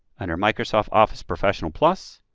under microsoft office professional plus,